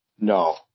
No